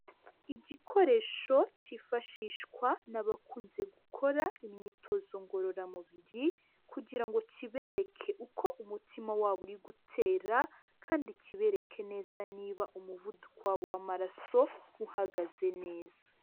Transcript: Igikoresho cyifashishwa n'abakunze gukora imyitozo ngororamubiri, kugira ngo kibereke uko umutima wabo uri gutera, kandi kibereke neza niba umuvuduko wabo w'amaraso uhagaze neza.